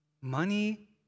Money